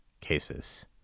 cases